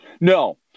No